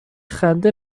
خنده